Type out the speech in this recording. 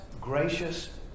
gracious